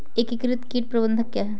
एकीकृत कीट प्रबंधन क्या है?